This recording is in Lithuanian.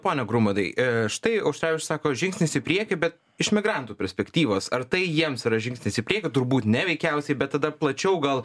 pone grumadai e štai auštrevičius sako žingsnis į priekį bet iš migrantų perspektyvos ar tai jiems yra žingsnis į priekį turbūt ne veikiausiai bet tada plačiau gal